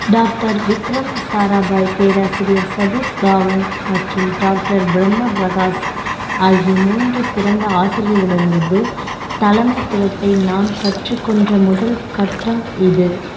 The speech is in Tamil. டாக்டர் விக்ரம் சாராபாய் பேராசிரியர் சதீஷ் தவான் மற்றும் டாக்டர் பிரம்ம பிரகாஷ் ஆகிய மூன்று சிறந்த ஆசிரியர்களிடம் இருந்து தலைமைத்துவத்தை நான் கற்றுக்கொண்ட முதல் கட்டம் இது